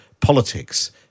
politics